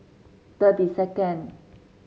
thirty second